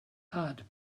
heart